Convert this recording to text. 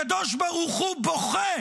הקדוש ברוך הוא בוכה